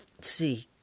see